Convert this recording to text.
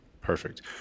Perfect